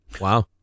Wow